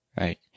right